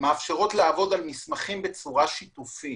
מאפשרות לעבוד על מסמכים בצורה שיתופית.